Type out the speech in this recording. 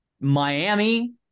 Miami